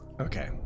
Okay